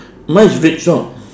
mine is red short